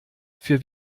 für